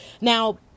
Now